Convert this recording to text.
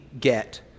get